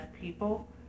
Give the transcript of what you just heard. people